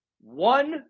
One